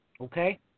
Okay